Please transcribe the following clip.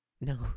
No